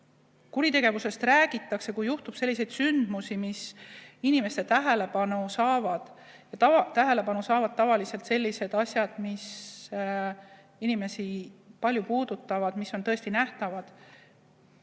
kuritegevusest räägitakse, kui juhtub selliseid sündmusi, mis inimeste tähelepanu saavad. Tähelepanu saavad tavaliselt sellised asjad, mis inimesi palju puudutavad, mis on tõesti nähtavad.